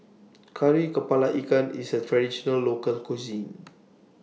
Kari Kepala Ikan IS A Traditional Local Cuisine